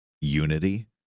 unity